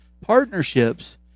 partnerships